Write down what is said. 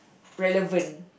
relevant